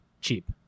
cheap